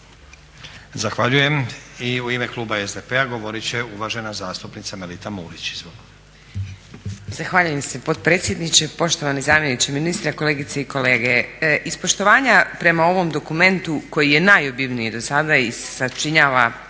Zahvaljujem. I u ime kluba SDP-a govorit će uvažena zastupnica Melita Mulić. Izvolite. **Mulić, Melita (SDP)** Zahvaljujem se potpredsjedniče, poštovani zamjeniče ministra, kolegice i kolege. Iz poštovanja prema ovom dokumentu koji je najobimniji do sada i sačinjava,